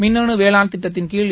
மின்னனு வேளாண் திட்டத்தின்கீழ்